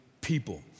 people